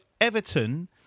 Everton